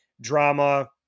Drama